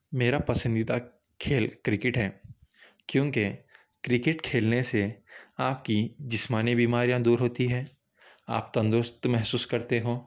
میرا پسندیدہ کھیل کرکٹ ہے کیوں کہ کرکٹ کھیلنے سے آپ کی جسمانی بیماریاں دور ہوتی ہیں آپ تندرست محسوس کرتے ہوں